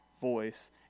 voice